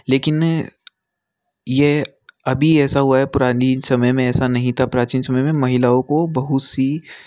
लेकिन यह अभी ऐसा हुआ है पुरानी समय में ऐसा नहीं था प्राचीन समय में महिलाओं को बहुत सी